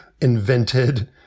invented